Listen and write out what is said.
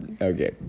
okay